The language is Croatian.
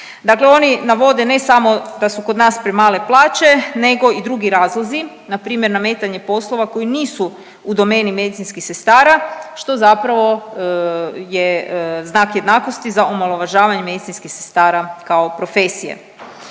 Dakle, oni navode ne samo da su kod nas premale plaće nego i drugi razlozi na primjer nametanje poslova koji nisu u domeni medicinskih sestara što zapravo je znak jednakosti za omalovažavanje medicinskih sestara kao profesije.